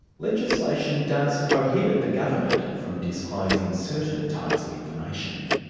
legislation does prohibit the government from disclosing certain types of information.